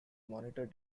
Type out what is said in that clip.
monitor